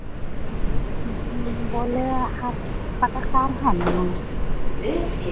बोले आप पत्रकार है ना